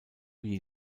wie